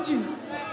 Jesus